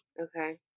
Okay